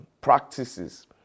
practices